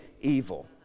evil